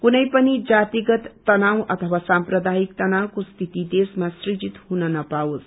कुनै पनि जातिगत तनाव अथवा सांप्रदायिक तनावको स्थिति देशमा सुजित हुन नपाओस्